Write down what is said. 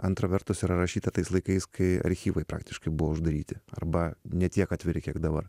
antra vertus yra rašyta tais laikais kai archyvai praktiškai buvo uždaryti arba ne tiek atviri kiek dabar